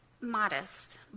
modest